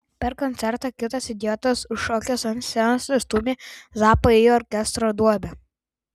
per koncertą kitas idiotas užšokęs ant scenos nustūmė zappą į orkestro duobę